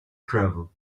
travel